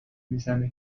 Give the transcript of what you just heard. میزنه